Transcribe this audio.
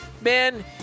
Man